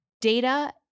Data